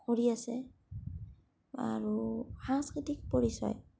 কৰি আছে আৰু সাংস্কৃতিক পৰিচয়